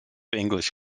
english